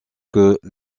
que